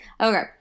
Okay